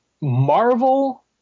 marvel